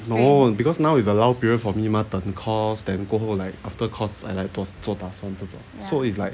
no because now it's a lull period for me mah 等 course then 过后 like after course and 再来做打算这种 so it's like